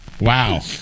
Wow